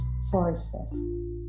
sources